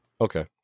Okay